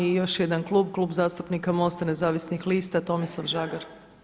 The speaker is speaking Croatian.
I još jedan klub, Klub zastupnika MOST-a Nezavisnih lista Tomislav Žagar.